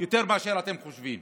יותר ממה שאתם חושבים.